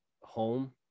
home